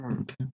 Okay